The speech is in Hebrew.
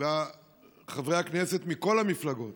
מכל המפלגות